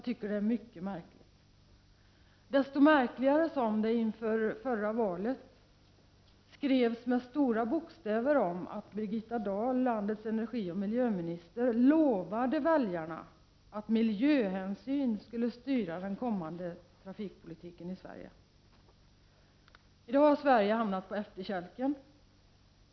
Det är mycket märkligt, och desto märkligare ter det sig med tanke på att landets miljöoch energiminister Bir gitta Dahl inför förra valet så stort lovade att miljöhänsyn skulle styra den kommande trafikpolitiken i Sverige. Men i dag är Sverige på efterkälken.